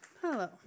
Hello